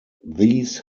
these